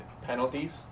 Penalties